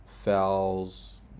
fouls